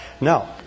Now